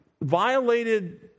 violated